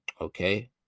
Okay